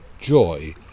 joy